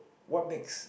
what makes